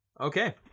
Okay